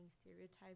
stereotypes